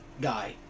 guy